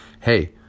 hey